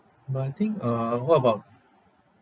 but I think uh what about